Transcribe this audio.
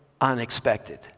unexpected